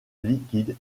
liquide